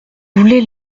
voulez